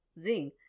Zing